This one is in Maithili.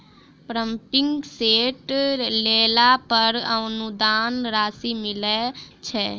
पम्पिंग सेट लेला पर अनुदान राशि मिलय छैय?